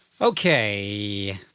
Okay